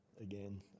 again